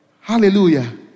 Hallelujah